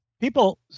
People